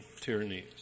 tyrannies